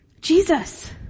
Jesus